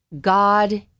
God